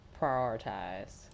prioritize